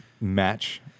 match